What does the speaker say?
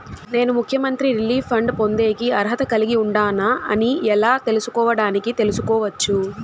నేను ముఖ్యమంత్రి relief fund పొందేకి అర్హత కలిగి ఉండానా అని ఎలా తెలుసుకోవడానికి తెలుసుకోవచ్చు